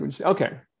okay